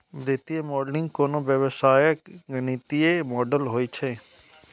वित्तीय मॉडलिंग कोनो व्यवसायक गणितीय मॉडल होइ छै